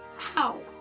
how?